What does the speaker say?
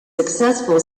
successful